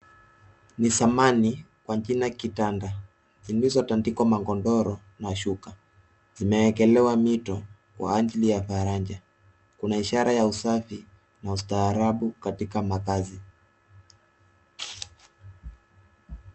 Ni samani kwa kila kitanda zilizotandikwa magodoro na shuka. Vimewekelewa mito kwa ajili ya faraja. Kuna ishara ya usafi na ustaarabu katika makazi.